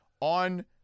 on